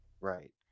right